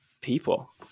people